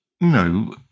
no